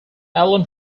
ellen